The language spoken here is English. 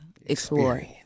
explore